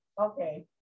Okay